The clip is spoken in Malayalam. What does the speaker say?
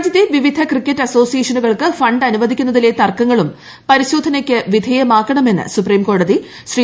രാജ്യത്തെ വിവിധ ക്രിക്കറ്റ് അസോസിയേഷനുകൾക്ക് ഫണ്ട് അനുവദിക്കുന്നതിലെ തർക്കങ്ങളും പരിശോധനക്ക് വിധേയമാക്കണമെന്ന് സുപ്രീംകോടതി ശ്രീ